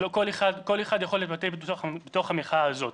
כל אחד יכול להתבטא בתוך המחאה הזאת.